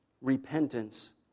repentance